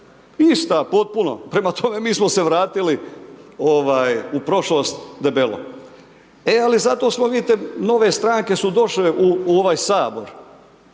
ista potpuno, prema tome u prošlost debelo. E, ali zato smo, vidite, nove stranke su došle u ovaj HS